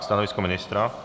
Stanovisko ministra?